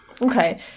okay